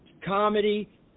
comedy